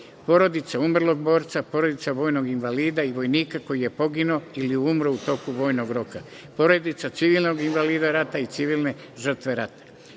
porodice umrlog borca, porodice vojnog invalida i vojnika koji je poginuo ili umro u toku vojnog roka, porodica civilnog invalida rata i civilne žrtve